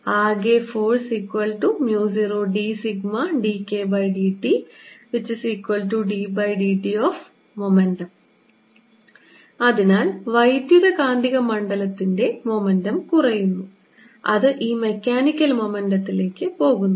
ആകെ ഫോഴ്സ്0dσdKdtddtമൊമെന്റം അതിനാൽ വൈദ്യുതകാന്തിക മണ്ഡലത്തിന്റെ മൊമെന്റം കുറയുന്നു അത് ഈ മെക്കാനിക്കൽ മൊമെന്റത്തി ലേക്ക് പോകുന്നു